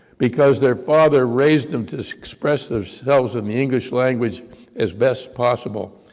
because their father raised them to express themselves in the english language as best possible.